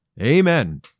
Amen